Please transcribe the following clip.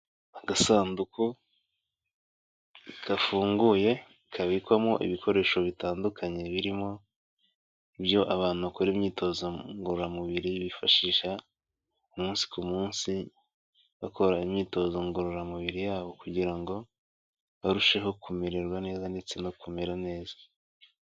Agasanduku gafunguye kabikwamo ibikoresho bitandukanye, birimo ibyo abantu bakora imyitozo ngororamubiri bifashisha umunsi ku munsi, bakora imyitozo ngororamubiri yabo kugira ngo barusheho kumererwa neza ndetse no kumera neza.